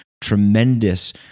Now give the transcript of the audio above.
tremendous